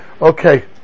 Okay